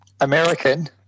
american